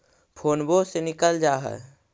फोनवो से निकल जा है?